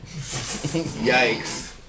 Yikes